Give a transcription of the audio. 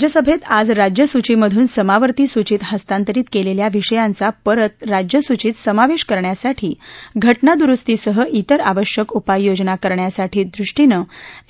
राज्यसभेत आज राज्य सूचीमधून समावतीं सूचीत हस्तांतरीत केलेल्या विषयांचा परत राज्य सूचीत समावेश करण्यासाठी घजा दुरुस्तीसह तिर आवश्यक उपाय योजना करण्यासाठीदृष्टीनं